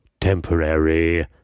Temporary